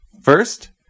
First